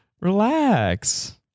Relax